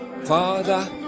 father